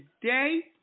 today